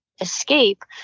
escape